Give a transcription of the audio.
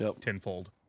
tenfold